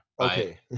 Okay